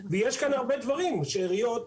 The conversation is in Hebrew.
ויש כאן הרבה דברים שאריות,